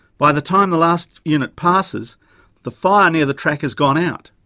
by the time the last unit passes the fire near the track has gone out.